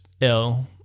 ill